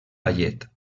ballet